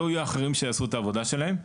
לא יהיו אחרים שיעשו את העבודה שלהם,